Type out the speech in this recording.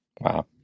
Wow